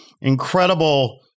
Incredible